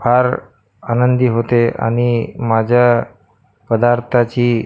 फार आनंदी होते आनि माझ्या पदार्थाची